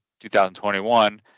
2021